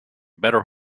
better